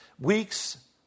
weeks